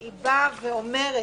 היא אומרת